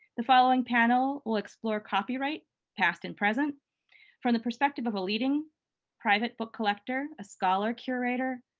the following panel will explore copyright past and present from the perspective of a leading private book collector, a scholar curator,